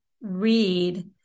read